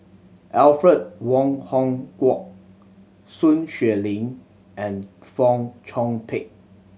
Alfred Wong Hong Kwok Sun Xueling and Fong Chong Pik